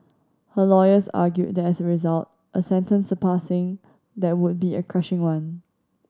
her lawyers argued that as a result a sentence surpassing that would be a crushing one